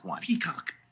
Peacock